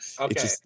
Okay